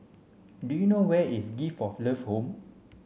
do you know where is Gift of Love Home